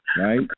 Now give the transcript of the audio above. right